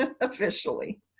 officially